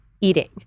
eating